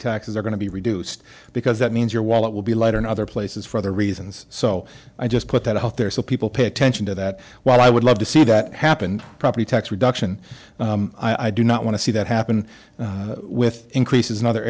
taxes are going to be reduced because that means your wallet will be lighter in other places for other reasons so i just put that out there so people pay attention to that well i would love to see that happen property tax reduction i do not want to see that happen with increases in other